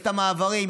את המעברים,